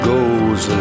goes